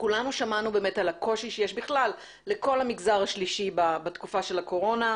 כולנו שמענו על הקושי שיש בכלל לכל המגזר השלישי בתקופה של הקורונה.